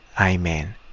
Amen